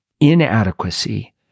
inadequacy